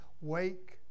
wake